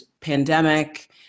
pandemic